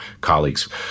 colleagues